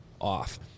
off